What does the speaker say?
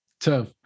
Tough